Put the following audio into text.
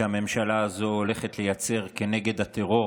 שהממשלה הזו הולכת לייצר כנגד הטרור